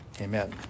amen